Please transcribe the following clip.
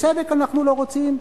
בצדק אנחנו לא רוצים,